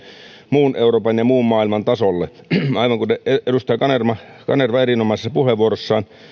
muun euroopan ja muun maailman tasolle aivan kuten edustaja kanerva kanerva erinomaisessa puheenvuorossaan